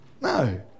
No